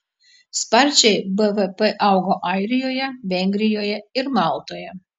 sparčiai bvp augo airijoje vengrijoje ir maltoje